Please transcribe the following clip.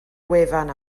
wefan